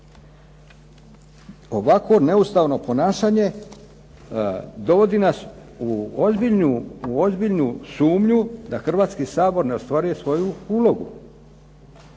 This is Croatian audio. Ovako neustavno ponašanje, dovodi nas u ozbiljnu sumnju da Hrvatski sabor ne ostvaruje svoju ulogu.